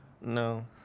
No